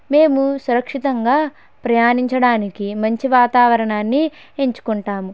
మేము సురక్షితంగా ప్రయాణించడానికి మంచి వాతావరణాన్ని ఎంచుకుంటాము